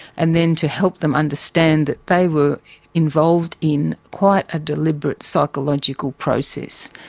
and then to help them understand that they were involved in quite a deliberate psychological process.